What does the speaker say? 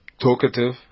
talkative